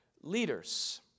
leaders